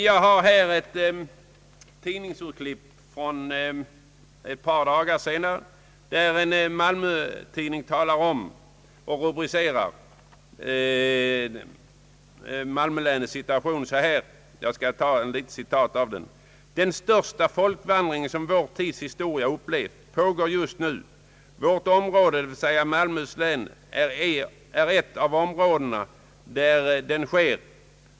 Jag har här ett tidningsurklipp, där en malmötidning för ett par dagar sedan talade om malmölänets situation på detta sätt: »Den största folkvandring som vår tids historia upplevt pågår just nu. Vårt område, dvs. Malmöhus län är ett av områdena där den sker».